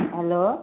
hello